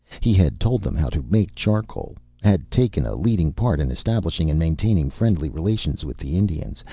he had told them how to make charcoal, had taken a leading part in establishing and maintaining friendly relations with the indians,